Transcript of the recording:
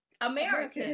Americans